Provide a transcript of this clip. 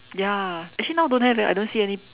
ya actually now don't have eh I don't see any